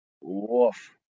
woof